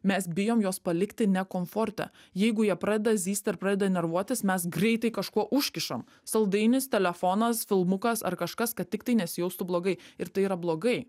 mes bijom juos palikti ne komforte jeigu jie pradeda zyzti ir pradeda nervuotis mes greitai kažko užkišam saldainis telefonas filmukas ar kažkas kad tiktai nesijaustų blogai ir tai yra blogai